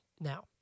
Now